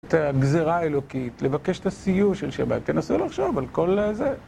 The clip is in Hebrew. את הגזירה האלוקית, לבקש את הסיוע של שבת. תנסו לחשוב על כל זה.